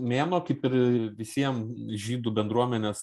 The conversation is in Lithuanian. mėnuo kaip ir visiem žydų bendruomenės